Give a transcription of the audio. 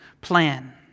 plan